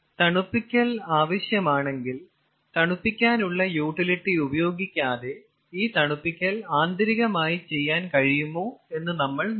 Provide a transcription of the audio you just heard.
തണുപ്പിക്കൽ ആവശ്യമാണെങ്കിൽ തണുപ്പിക്കാനുള്ള യൂട്ടിലിറ്റി ഉപയോഗിക്കാതെ ഈ തണുപ്പിക്കൽ ആന്തരികമായി ചെയ്യാൻ കഴിയുമോ എന്ന് നമ്മൾ നോക്കണം